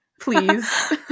please